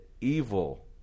evil